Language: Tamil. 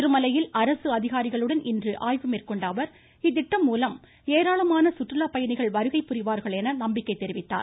சிறுமலையில் அரசு அதிகாரிகளுடன் இன்று ஆய்வு மேற்கொண்ட அவர் இத்திட்டம்மூலம் ஏராளமான சுற்றுலாப் பயணிகள் வருகை புரிவார்கள் என நம்பிக்கை தெரிவித்துள்ளார்